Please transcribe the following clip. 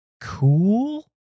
cool